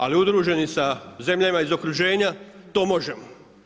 Ali udruženi sa zemljama iz okruženja, to možemo.